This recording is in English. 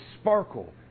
sparkle